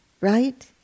right